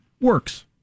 works